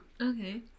Okay